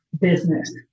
business